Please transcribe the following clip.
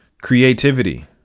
creativity